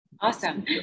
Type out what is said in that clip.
Awesome